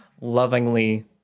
lovingly